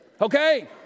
Okay